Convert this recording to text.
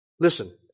Listen